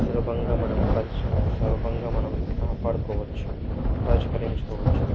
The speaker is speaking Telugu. సులభంగా మనం పరిచ సులభంగా మనం కాపాడుకోవచ్చు పరిష్కరించుకోవచ్చు